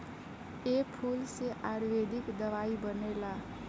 ए फूल से आयुर्वेदिक दवाई बनेला